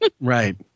Right